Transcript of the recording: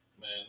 man